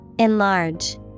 Enlarge